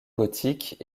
gothique